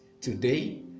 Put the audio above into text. today